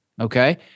Okay